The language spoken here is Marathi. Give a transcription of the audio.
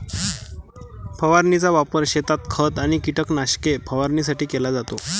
फवारणीचा वापर शेतात खत आणि कीटकनाशके फवारणीसाठी केला जातो